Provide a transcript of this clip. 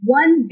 one